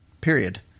period